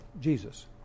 Jesus